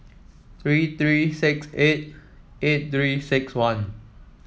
three three six eight eight Three six one